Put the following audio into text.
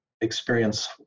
experience